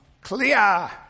clear